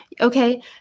Okay